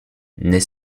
n’est